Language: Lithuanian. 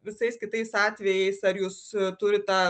visais kitais atvejais ar jūs turit tą